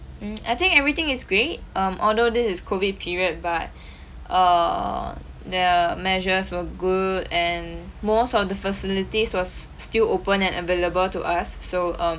mm I think everything is great um although this is COVID period but err their measures were good and most of the facilities was still open and available to us so uh